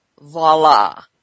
Voila